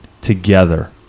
together